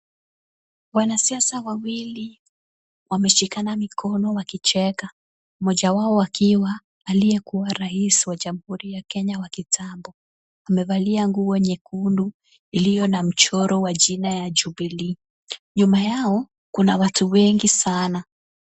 Wanasiasa wawili wameshikana mikono wakicheka, mmoja wao akiwa aliyekuwa rais wa jamhuri ya Kenya wa kitambo. Amevalia nguo nyekundu iliyo na mchoro wa jina ya jubilee. Nyuma yao kuna watu wengi sana.